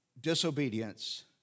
Disobedience